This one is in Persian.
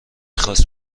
خواست